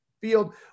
field